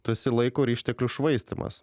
tu esi laiko ir išteklių švaistymas